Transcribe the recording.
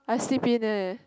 I sleep in leh